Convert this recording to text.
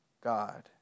God